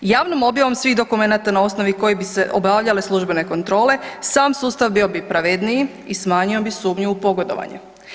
Javnom objavom svih dokumenata na osnovi kojih bi se obavljale službene kontrole, sam sustav bio bi pravedniji i smanjio bi sumnju u pogodovanje.